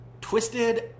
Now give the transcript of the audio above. Twisted